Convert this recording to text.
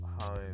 home